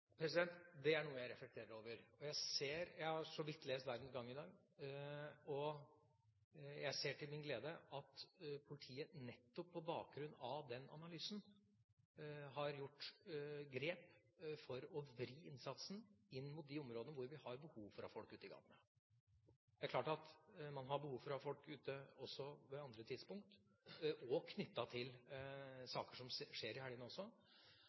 Det er noe jeg reflekterer over. Jeg har så vidt lest Verdens Gang i dag, og jeg ser til min glede at politiet nettopp på bakgrunn av den analysen har gjort grep for å vri innsatsen inn mot de områdene hvor vi har behov for å ha folk ute i gatene. Det er klart at man har behov for å ha folk ute også på andre tidspunkt, og knyttet til saker som skjer i helgene også,